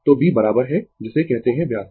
तो B बराबर है जिसे कहते है व्यास